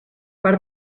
per